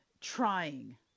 trying